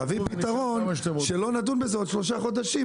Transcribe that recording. להביא פתרון, שלא נדון בזה עוד שלושה חודשים.